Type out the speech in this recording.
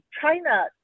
China